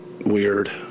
weird